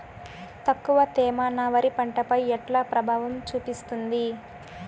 తక్కువ తేమ నా వరి పంట పై ఎట్లా ప్రభావం చూపిస్తుంది?